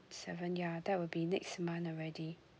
seven ya that will be next month already